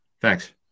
Thanks